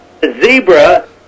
zebra